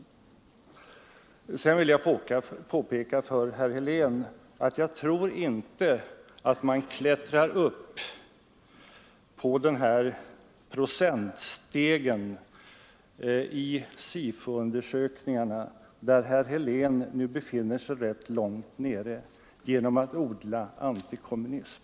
Till sist vill jag påpeka för herr Helén att jag inte tror att man klättrar upp på procentstegen i SIFO-undersökningarna, där herr Helén nu befinner sig rätt långt nere, genom att odla antikommunism.